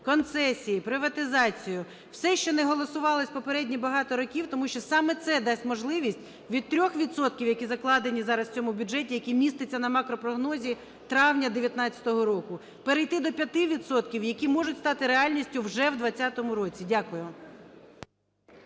концесію, приватизацію – все, що не голосувалось попередні багато років, тому що саме це дасть можливість від 3 відсотків, які закладені зараз у цьому бюджеті, який міститься на макропрогнозі травня 19-го року, перейти до 5 відсотків, які можуть стати реальністю вже в 20-му році. Дякую.